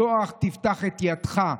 "פתח תפתח את ידך".